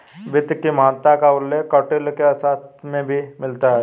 वित्त की महत्ता का उल्लेख कौटिल्य के अर्थशास्त्र में भी मिलता है